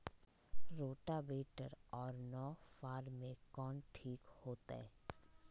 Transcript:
Rotavator और नौ फ़ार में कौन ठीक होतै?